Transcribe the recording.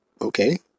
okay